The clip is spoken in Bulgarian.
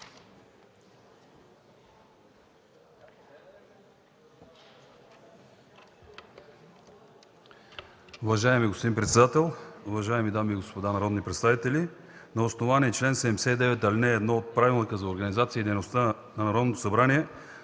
Уважаеми господин председател, уважаеми дами и господа народни представители! На основание чл. 79, ал. 1 от Правилника за организацията и дейността на Народното събрание